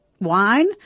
wine